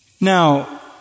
Now